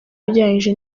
ugereranyije